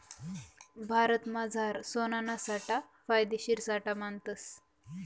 भारतमझार सोनाना साठा फायदेशीर साठा मानतस